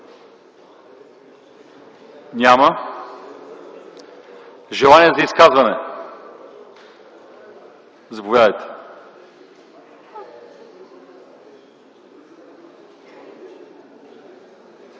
Има ли желание за изказване? Заповядайте,